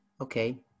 Okay